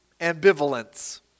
ambivalence